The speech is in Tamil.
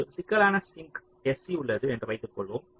ஒரு சிக்கலான சிங்க் sc உள்ளது என்று வைத்துக்கொள்வோம்